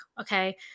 Okay